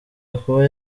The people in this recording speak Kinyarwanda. gakuba